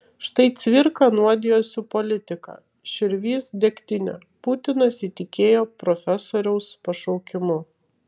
štai cvirka nuodijosi politika širvys degtine putinas įtikėjo profesoriaus pašaukimu